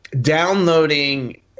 downloading